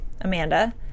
Amanda